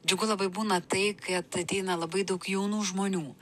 džiugu labai būna tai kad ateina labai daug jaunų žmonių